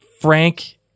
Frank